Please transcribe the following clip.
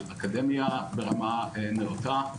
על אקדמיה ברמה נאותה,